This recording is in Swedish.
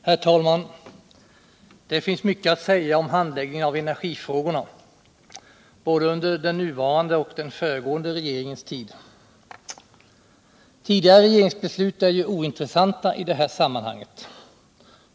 Herr talman! Det finns mycket att säga om handläggningen av energifrågorna, både under den nuvarande och den föregående regeringens tid. Tidigare regeringsbeslut är ju ointressanta i det här sammanhanget.